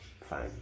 fine